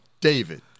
David